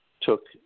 took